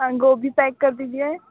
हाँ गोभी पैक कर दीजिए